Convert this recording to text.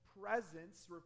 presence